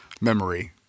memory